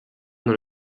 dans